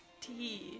tea